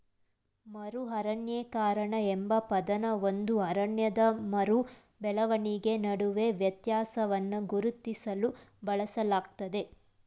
ಮರು ಅರಣ್ಯೀಕರಣ ಎಂಬ ಪದನ ಒಂದು ಅರಣ್ಯದ ಮರು ಬೆಳವಣಿಗೆ ನಡುವೆ ವ್ಯತ್ಯಾಸವನ್ನ ಗುರುತಿಸ್ಲು ಬಳಸಲಾಗ್ತದೆ